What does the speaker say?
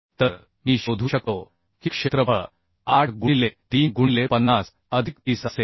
तर मी शोधू शकतो की क्षेत्रफळ 8 गुणिले 3 गुणिले 50 अधिक 30 असेल